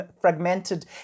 fragmented